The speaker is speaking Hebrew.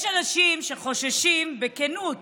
יש אנשים שחוששים בכנות